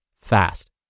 fast